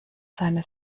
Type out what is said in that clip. seine